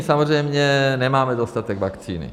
Samozřejmě nemáme dostatek vakcín.